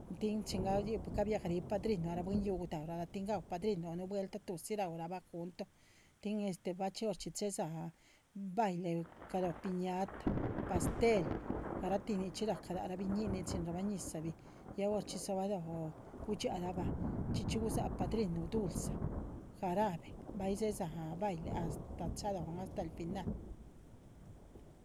Tin chin gabiagarih padrinuhu hara raa bwin yuuh gudahuralaba tin gaú padrinu o nuhu vueltaha tudzhi. rauúrabaha junto, tin este orchxi chéhedzaha baile, galóho piñata pastel, garatih nichxí lac rah biñínin chin guirobah ñizabih ya horchxí dzobalóho. gudxiahrabah, chxí chxí gudzáha padrinu dulza, lóho jarabe dzéhe dza baile astah chalóhon astáh el final.